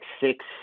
six